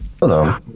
Hello